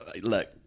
Look